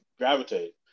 gravitate